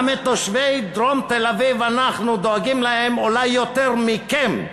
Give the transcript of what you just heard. גם לתושבי דרום תל-אביב אנחנו דואגים אולי יותר מכם,